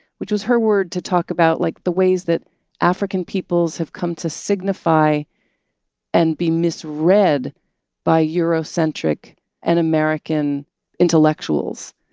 which was her word to talk about, like, the ways that african peoples have come to signify and be misread by eurocentric and american intellectuals.